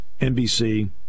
NBC